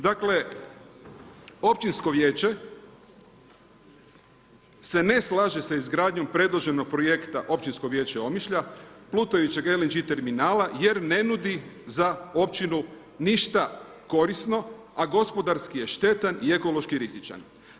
Dakle, općinsko vijeće, se ne slaže sa izgradnjom predloženog projekta, općinsko vijeće Omišlja, plutajućeg LNG terminala, jer ne nudi, za općinu ništa korisno, a gospodarski je štetan, i ekološki rizičan.